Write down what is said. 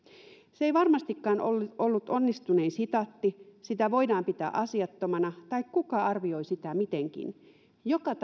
se ei varmastikaan ollut ollut onnistunein sitaatti sitä voidaan pitää asiattomana tai kuka arvioi sitä mitenkin joka